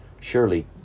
Surely